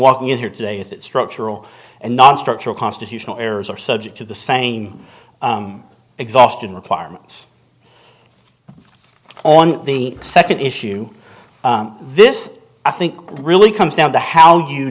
walking in here today is that structural and nonstructural constitutional errors are subject to the same exhaustion requirements on the second issue this i think really comes down to how you